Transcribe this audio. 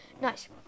Nice